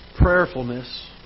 Prayerfulness